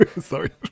Sorry